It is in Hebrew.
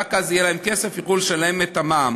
ורק אז יהיה להם כסף והם יוכלו לשלם את המע"מ.